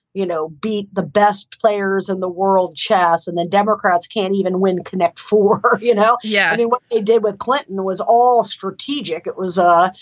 you know, beat the best players in the world, chess and the democrats can't even win. connect for her, you know? yeah. what they did with clinton was all strategic. it was a,